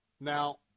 Now